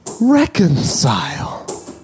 Reconcile